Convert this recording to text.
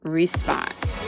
response